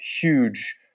huge